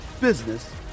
business